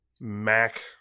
Mac